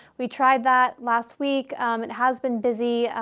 we tried that last week has been busy,